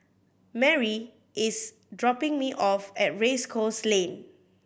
Marie is dropping me off at Race Course Lane